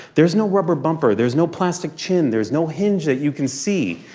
there's no rubber bumper. there's no plastic chin. there's no hinge that you can see.